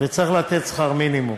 וצריך לתת שכר מינימום.